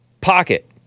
Pocket